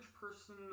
person